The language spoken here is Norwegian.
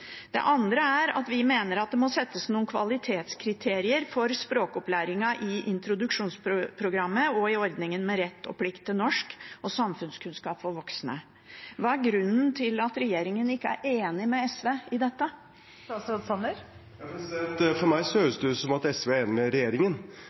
det andre mener vi at det må settes noen kvalitetskriterier for språkopplæringen i introduksjonsprogrammet og i ordningen med rett og plikt til norsk og samfunnskunnskap for voksne. Hva er grunnen til at regjeringen ikke er enig med SV i dette? For meg høres det ut som om SV er enig med regjeringen, for